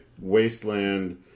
wasteland